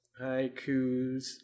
Haikus